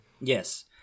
yes